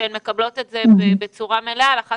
כשהן מקבלות את זה בצורה מלאה ועל אחת